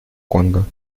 конго